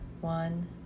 one